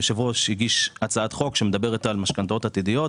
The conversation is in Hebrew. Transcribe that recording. היושב-ראש הגיש הצעת חוק שמדברת על משכנתאות עתידיות,